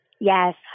Yes